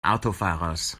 autofahrers